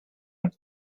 her